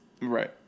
right